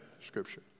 Scripture